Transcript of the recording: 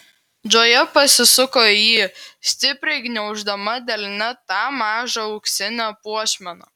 džoja pasisuko į jį stipriai gniauždama delne tą mažą auksinę puošmeną